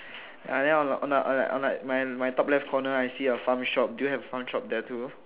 uh then on like on like on like on my my top left corner I see a farm shop do you have a farm shop there too